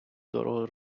дорого